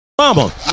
mama